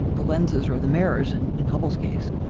the lenses or the mirrors, and in hubble's case,